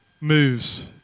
moves